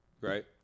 right